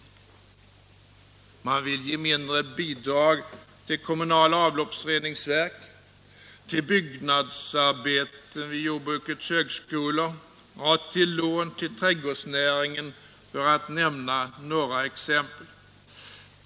Man vill, för att nämna några exempel, ge mindre bidrag till kommunala avloppsreningsverk, till byggnadsarbeten vid jordbrukets högskolor och till lån till trädgårdsnäringen.